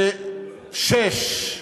2006,